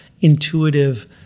intuitive